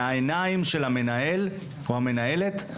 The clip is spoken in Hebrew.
מהעיניים של המנהל או המנהלת,